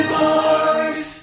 boys